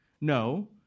No